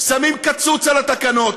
שמים קצוץ על התקנות.